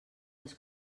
les